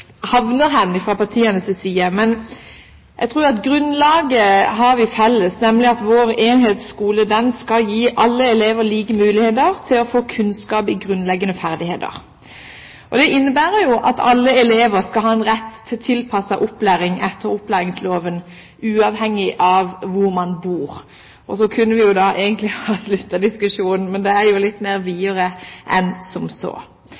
havner fra partienes side. Men jeg tror at vi har grunnlaget felles, nemlig at vår enhetsskole skal gi alle elever like muligheter til å få kunnskap i grunnleggende ferdigheter. Det innebærer at alle elever skal ha rett til tilpasset opplæring etter opplæringsloven, uavhengig av hvor man bor. Og så kunne vi egentlig ha avsluttet diskusjonen, men den går jo litt videre enn som så.